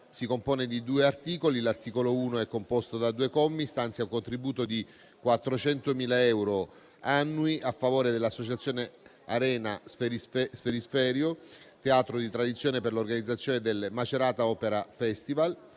si compone di due articoli. L'articolo 1 è composto da due commi e stanzia un contributo di 400.000 euro annui a favore dell'Associazione Arena Sferisterio - Teatro di tradizione, per l'organizzazione del Macerata Opera Festival.